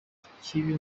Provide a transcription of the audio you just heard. kibi